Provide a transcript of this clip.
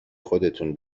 خودتون